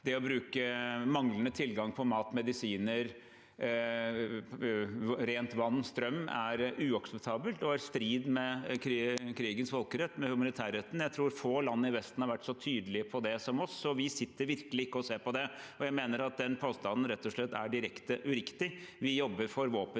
at å bruke manglende tilgang på mat, medisiner, rent vann og strøm er uakseptabelt og i strid med krigens folkerett, med humanitærretten. Jeg tror få land i Vesten har vært så tydelig på det som oss, så vi sitter virkelig ikke og ser på det. Jeg mener at den påstanden rett og slett er direkte uriktig. Vi jobber for våpenhvile